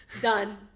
Done